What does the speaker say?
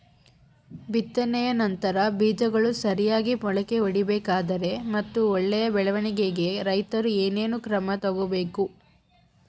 ಬಿತ್ತನೆಯ ನಂತರ ಬೇಜಗಳು ಸರಿಯಾಗಿ ಮೊಳಕೆ ಒಡಿಬೇಕಾದರೆ ಮತ್ತು ಒಳ್ಳೆಯ ಬೆಳವಣಿಗೆಗೆ ರೈತರು ಏನೇನು ಕ್ರಮ ತಗೋಬೇಕು?